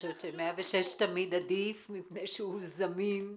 106 עדיף תמיד לטעמי, כי הוא זמין תמיד,